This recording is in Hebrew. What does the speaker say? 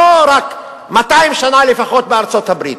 200 שנה לפחות בארצות-הברית,